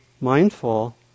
mindful